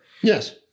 Yes